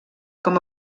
com